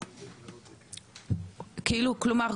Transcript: כלומר,